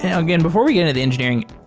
and again, before we get into the engineering,